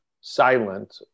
silent